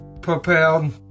Propelled